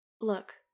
Look